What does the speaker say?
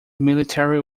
military